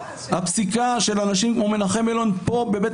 הפסיקה של אנשים כמו מנחם אלון פה,